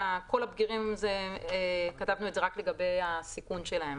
"כל הבגירים", כתבנו את זה רק לגבי הסיכון שלהם.